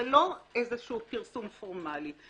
זה לא איזה שהוא פרסום פורמאלי.